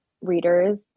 readers